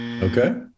Okay